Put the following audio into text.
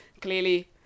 clearly